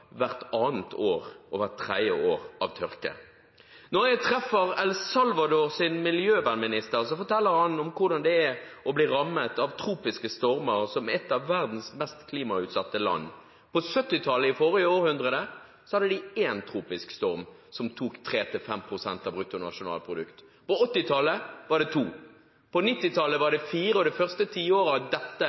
hvert annet år og hvert tredje år av tørke. Når jeg treffer El Salvadors miljøvernminister, forteller han om hvordan det er å bli rammet av tropiske stormer som et av verdens mest klimautsatte land. På 1970-tallet, i forrige århundre, hadde de én tropisk storm, som tok 3–5 pst. av bruttonasjonalproduktet. På 1980-tallet var det to. På 1990-tallet var det fire. Og det første tiåret av dette